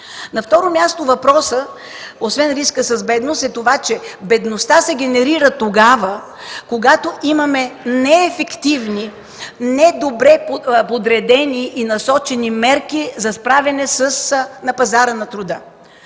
На второ място, въпросът – освен риска с бедност, е, че бедността се генерира тогава, когато имаме неефективни, недобре подредени и насочени мерки за справяне на пазара на труда.